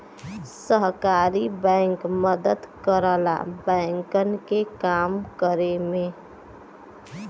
सहकारी बैंक मदद करला बैंकन के काम करे में